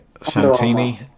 Santini